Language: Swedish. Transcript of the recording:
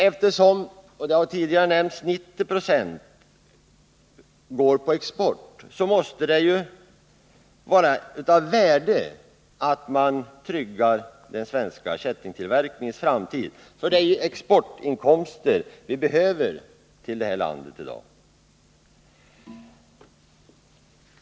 Eftersom 90 76 går på export — det har också tidigare nämnts — måste det vara av värde att man tryggar den svenska kättingtillverkningens framtid. Det är ju exportinkomster vi behöver till vårt land i dag.